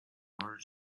order